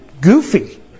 goofy